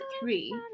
three